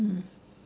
mm